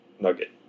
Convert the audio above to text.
nugget